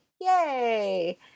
yay